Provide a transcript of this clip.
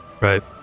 Right